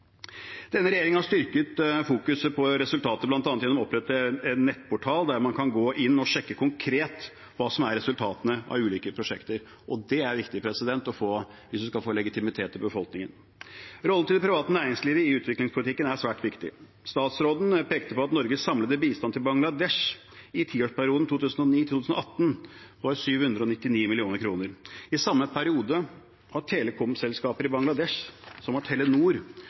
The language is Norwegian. Denne regjeringen har styrket fokuset på resultater bl.a. gjennom å opprette en nettportal der man kan gå inn og sjekke konkret hva som er resultatene av ulike prosjekter. Det er viktig hvis man skal få legitimitet i befolkningen. Rollen til det private næringslivet i utviklingspolitikken er svært viktig. Statsråden pekte på at Norges samlede bistand til Bangladesh i tiårsperioden 2009–2018 var på 799 mill. kr. I samme periode har telekomselskaper i Bangladesh som har Telenor